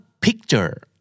picture